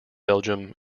belgium